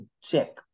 Check